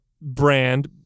brand